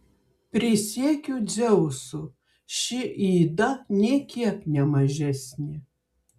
prisiekiu dzeusu ši yda nė kiek ne mažesnė